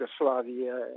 Yugoslavia